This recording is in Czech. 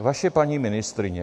Vaše paní ministryně.